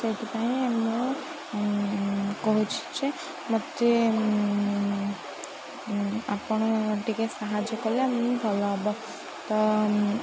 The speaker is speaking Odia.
ସେଇଥିପାଇଁ ମୁଁ କହୁଛି ଯେ ମୋତେ ଆପଣ ଟିକିଏ ସାହାଯ୍ୟ କଲେ ମୁଁ ଭଲ ହେବ ତ